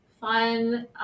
fun